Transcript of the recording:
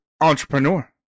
entrepreneur